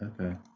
okay